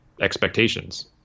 expectations